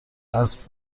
اسب